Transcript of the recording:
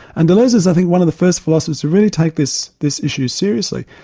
and deleuze is i think one of the first philosophers to really take this this issue seriously.